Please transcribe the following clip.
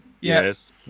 yes